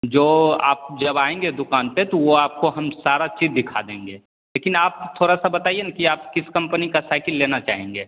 जो आप जब आएँगे दुकान पे तो वो आपको हम सारा चीज दिखा देंगे लेकिन आप थोड़ा सा बताइए ना कि आप किस कंपनी का साइकिल लेना चाहेंगे